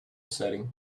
setting